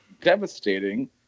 devastating